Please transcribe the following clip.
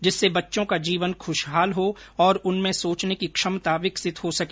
जिससे बच्चों का जीवन खुशहाल हो और उनमें सोचने की क्षमता विकसित हो सके